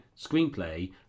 screenplay